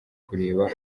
kureba